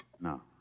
No